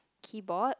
keyboard